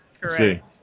correct